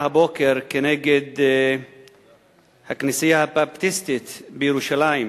הבוקר כנגד הכנסייה הבפטיסטית בירושלים,